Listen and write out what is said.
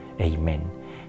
Amen